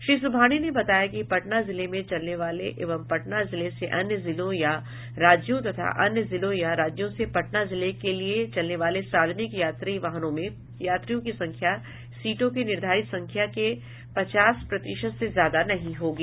श्री सुबहानी ने बताया कि पटना जिले में चलने वाले एवं पटना जिले से अन्य जिलों या राज्यों तथा अन्य जिलों या राज्यों से पटना जिले के लिए चलने वाले सार्वजनिक यात्री वाहनों में यात्रियों की संख्या सीटों की निर्धारित संख्या के पचास प्रतिशत से ज्यादा नहीं होगी